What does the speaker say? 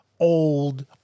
Old